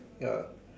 ya